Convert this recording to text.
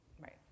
right